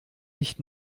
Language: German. nicht